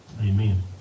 Amen